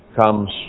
comes